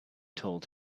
told